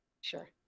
Sure